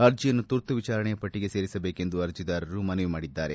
ಅರ್ಜೆಯನ್ನು ತುರ್ತು ವಿಚಾರಣೆಯ ಪಟ್ಟಿಗೆ ಸೇರಿಸಬೇಕೆಂದು ಅರ್ಜೆದಾರರು ಮನವಿ ಮಾಡಿದ್ದಾರೆ